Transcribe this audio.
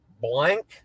blank